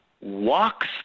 walks